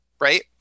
right